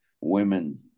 women